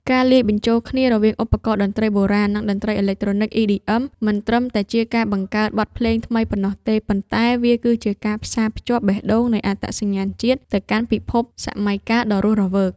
ការលាយបញ្ចូលគ្នារវាងឧបករណ៍តន្ត្រីបុរាណ និងតន្ត្រីអេឡិចត្រូនិក EDM មិនត្រឹមតែជាការបង្កើតបទភ្លេងថ្មីប៉ុណ្ណោះទេ ប៉ុន្តែវាគឺជាការផ្សារភ្ជាប់បេះដូងនៃអត្តសញ្ញាណជាតិ ទៅកាន់ពិភពសម័យកាលដ៏រស់រវើក។